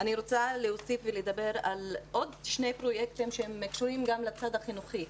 אני רוצה להוסיף ולדבר על עוד שני פרויקטים שהם קשורים גם לצד החינוכי,